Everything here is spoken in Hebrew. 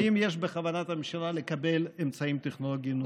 האם יש בכוונת הממשלה לקבל אמצעים טכנולוגיים נוספים?